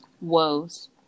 woes